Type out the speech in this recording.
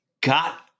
got